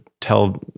tell